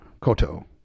koto